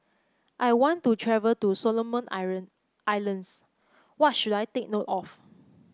I want to travel to Solomon Islands what should I take note of